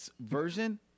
version